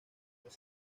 años